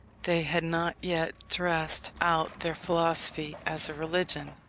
they had not yet dressed out their philosophy as a religion,